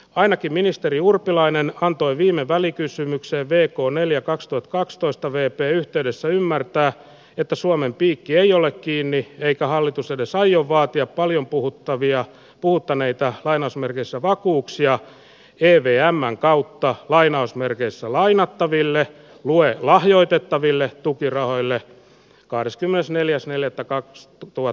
ainakin ministeri urpilainen antoi viime välikysymykseen veikko neljä kakstuhatkaksitoista veepee yhteydessä ymmärtää että suomen piikki ei ole kiinni eikä hallitus edes aio vaatia paljon puhuttavia muuttaneita lainausmerkeissä vakuuksia ei veijanmäen kautta lainausmerkeissä lainattaville blue lahjoitettaville tukirahoille kahdeskymmenesneljäs neljättä kaksi tuttua